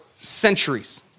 centuries